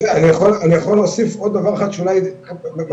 אני יכול להוסיף עוד דבר אחד שאולי הוא משמעותי,